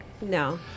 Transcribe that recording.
No